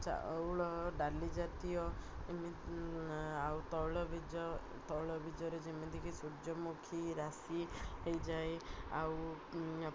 ଚାଉଳ ଡାଲି ଜାତୀୟ ଆଉ ତୈଳବୀଜ ତୈଳବୀଜରେ ଯେମିତିକି ସୂର୍ଯ୍ୟମୁଖୀ ରାଶି ହେଇଯାଏ ଆଉ